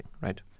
Right